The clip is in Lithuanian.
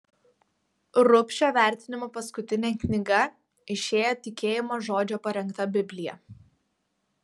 rubšio vertimo paskutinė knyga išėjo tikėjimo žodžio parengta biblija